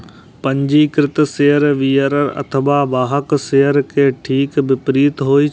पंजीकृत share bearer अथवा वाहक शेयर के ठीक विपरीत होइ छै